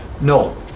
No